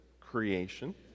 creation